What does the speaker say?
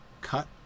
Cut